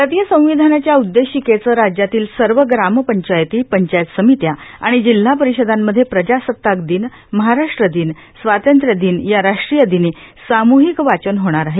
भारतीय संविधानाच्या उददेशिकेचं राज्यातील सर्व ग्रामपंचायतीए पंचायत समित्या आणि जिल्हा परिषदांमध्ये प्रजासत्ताक दिनर महाराष्ट्र दिनर स्वातंत्र्य दिन या राष्ट्रीय दिनी सामूहिक वाचन होणार आहे